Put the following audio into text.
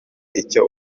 icyo